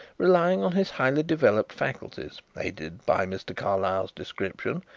relying on his highly developed faculties, aided by mr. carlyle's description,